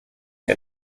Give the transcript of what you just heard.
der